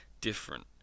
different